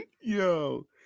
Yo